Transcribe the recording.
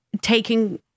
taking